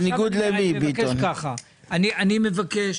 אני מבקש,